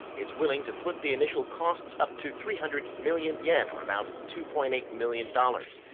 it's willing to foot the initial costs up to three hundred million yen, or about two point eight million dollars.